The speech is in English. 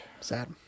Sad